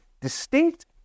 distinct